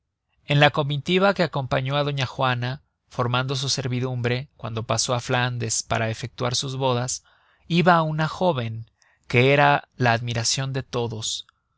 en la comitiva que acompañó á doña juana formando su servidumbre cuando pasó á flandes para efectuar sus bodas iba una jóven que era la admiracion de todos